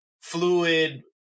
fluid